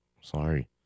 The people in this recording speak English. Sorry